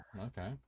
Okay